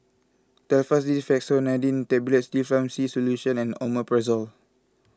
Telfast D Fexofenadine Tablets Difflam C Solution and Omeprazole